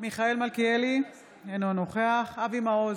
מיכאל מלכיאלי, אינו נוכח אבי מעוז,